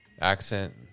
accent